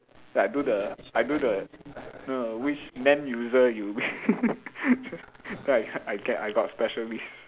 like I do the I do the no no which man user you then I get I got special list